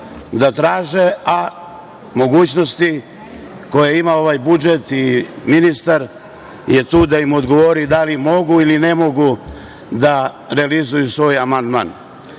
da traže, a mogućnosti koje ima ovaj budžet i ministar je tu da im odgovori da li mogu ili ne mogu da realizuju svoj amandman. Dalje,